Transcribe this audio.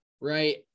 right